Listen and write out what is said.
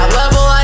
level